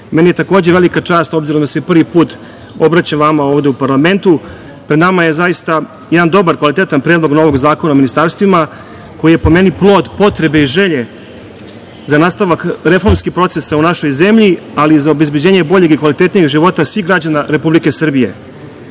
meni je takođe velika čast obzirom da se prvi put obraćam vama ovde u parlamentu, pred nama je jedan zaista dobar, kvalitetan Predlog zakona o ministarstvima koji je po meni plod potrebe i želje za nastavak reformskih procesa u našoj zemlji, ali i za obezbeđenje boljeg i kvalitetnije života svih građana Republike Srbije. Prema